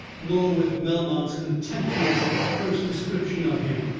nor with melmount's contemptuous first description of him.